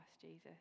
Jesus